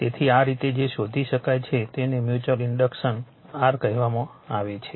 તેથી આ રીતે જે શોધી શકાય છે તેને મ્યુચ્યુઅલ ઇન્ડક્ટન્સ r કહેવામાં આવે છે